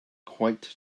quite